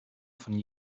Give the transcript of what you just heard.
von